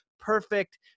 perfect